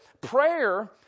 prayer